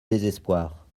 désespoir